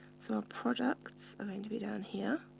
so our products are going to be down here,